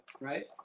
right